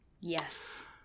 Yes